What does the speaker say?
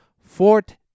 Fort